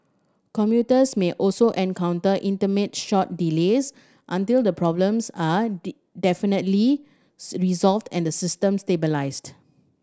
commuters may also encounter intermittent short delays until the problems are definitively resolved and the system stabilised